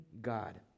God